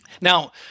Now